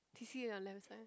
T_C on left side